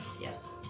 Yes